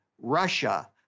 Russia—